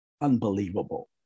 unbelievable